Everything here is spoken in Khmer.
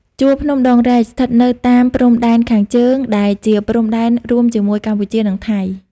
ជួរភ្នំដងរែក ស្ថិតនៅតាមព្រំដែនខាងជើង ដែលជា ព្រំដែនរួមរវាងកម្ពុជា និង ថៃ ។